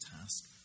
task